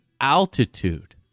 altitude